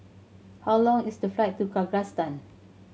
how long is the flight to Kyrgyzstan